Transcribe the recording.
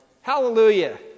Hallelujah